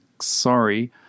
Sorry